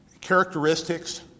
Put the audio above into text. characteristics